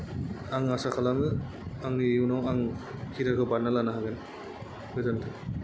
आं आसा खालामो आंनि इयुनाव आं केरियार खौ बानायनानै लानो हागोन गोजोनथों